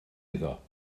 iddo